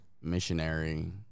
Missionary